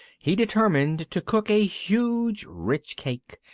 he determined to cook a huge rich cake,